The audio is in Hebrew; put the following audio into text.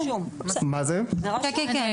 כן,